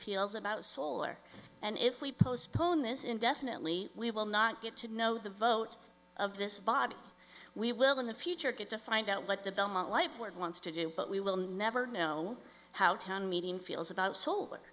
feels about solar and if we postpone this indefinitely we will not get to know the vote of this body we will in the future get to find out what the belmont lightweight wants to do but we will never know how town meeting feels about s